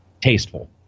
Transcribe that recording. Tasteful